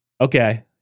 okay